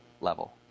level